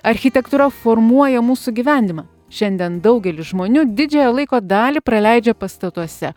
architektūra formuoja mūsų gyvenimą šiandien daugelis žmonių didžiąją laiko dalį praleidžia pastatuose